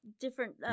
Different